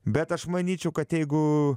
bet aš manyčiau kad jeigu